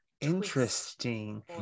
interesting